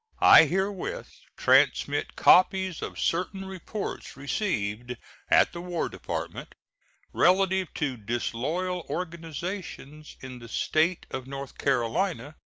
i herewith transmit copies of certain reports received at the war department relative to disloyal organizations in the state of north carolina,